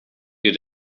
good